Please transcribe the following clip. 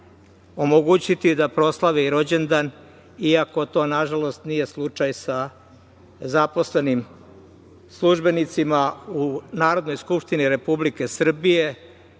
omogućiti da proslave rođendana, iako to nije slučaj sa zaposlenim službenicima u Narodnoj skupštini Republike Srbije,